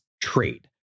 trade